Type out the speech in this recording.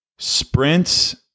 Sprints